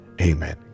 Amen